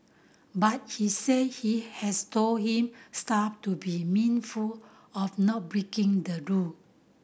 but he said he has told him staff to be mindful of not breaking the rule